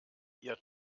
ihr